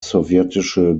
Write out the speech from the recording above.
sowjetische